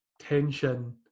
tension